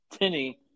Tinny